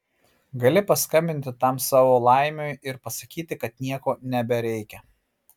gali paskambinti tam savo laimiui ir pasakyti kad nieko nebereikia